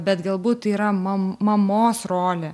bet galbūt tai yra mam mamos rolė